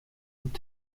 und